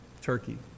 Turkey